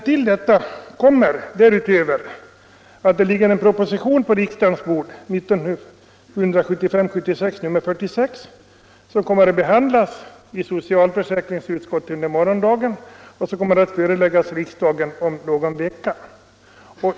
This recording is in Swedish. Till detta kommer att det ligger en proposition på riksdagens bord —- 1975/76:46 —- som kommer att behandlas i socialförsäkringsutskottet under morgondagen och i kammaren om någon vecka.